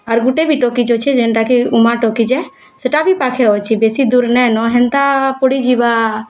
ଆର୍ ଗୁଟେ ବି ଟକିଜ୍ ଅଛି ଯେନ୍ତା କି ଉମା ଟକିଜ୍ ଏ ସେଟା ବି ପାଖେ ଅଛି ବେଶୀ ଦୂର୍ ନାଇ ନ ହେନ୍ତା ପଡ଼ିଯିବା